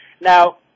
Now